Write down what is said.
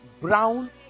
brown